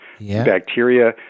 bacteria